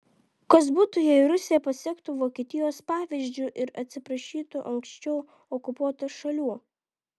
kas būtų jei rusija pasektų vokietijos pavyzdžiu ir atsiprašytų anksčiau okupuotų šalių